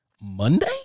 Monday